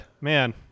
man